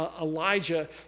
Elijah